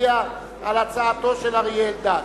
נצביע על הצעתו של אריה אלדד.